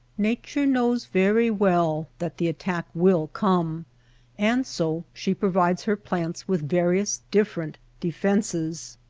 nature knows very well that the attack will come and so she provides her plants with various different defenses.